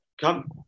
come –